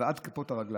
ועד כפות הרגליים,